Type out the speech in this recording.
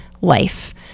life